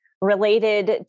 related